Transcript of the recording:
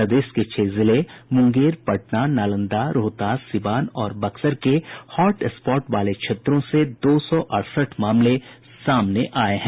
प्रदेश के छह जिले मुंगेर पटना नालंदा रोहतास सिवान और बक्सर के हॉट स्पॉट वाले क्षेत्रों से दो सौ अड़सठ मामले सामने आये हैं